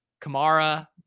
Kamara